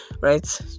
right